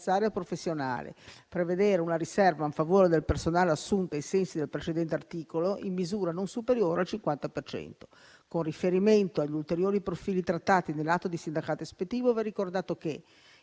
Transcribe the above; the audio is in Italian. professionale, possa prevedere una riserva in favore del personale assunto ai sensi del precedente articolo, in misura non superiore al 50 per cento. Con riferimento agli ulteriori profili trattati nell'atto di sindacato ispettivo, va ricordato che il